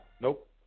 Nope